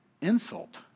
insult